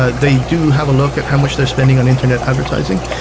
ah they do have a look at how much they're spending on internet advertising.